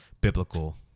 biblical